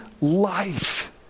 Life